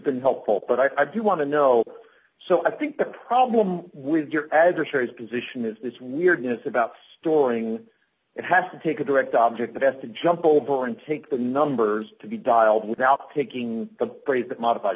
been helpful but i do want to know so i think the problem with your adversary's position is this weirdness about storing it has to take a direct object best to jump over and take the numbers to be dial without taking the phrase that modifies